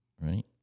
right